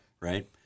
right